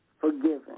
forgiven